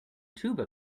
tuba